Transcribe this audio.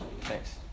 Thanks